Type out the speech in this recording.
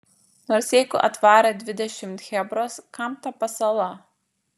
nors jeigu atvarė dvidešimt chebros kam ta pasala